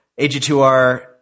AG2R